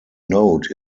note